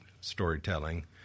storytelling